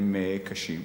הם באמת קשים.